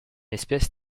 espèce